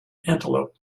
antelope